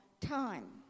time